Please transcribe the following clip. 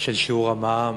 של שיעור המע"מ,